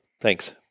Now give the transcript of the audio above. Thanks